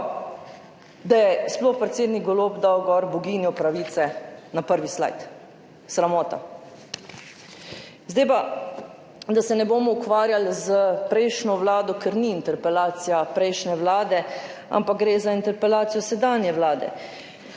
da je sploh predsednik Golob dal boginjo pravice na prvi slajd. Sramota. Zdaj pa, da se ne bomo ukvarjali s prejšnjo vlado, ker ni interpelacija prejšnje vlade, ampak gre za interpelacijo sedanje vlade.